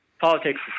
politics